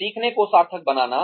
सीखने को सार्थक बनाना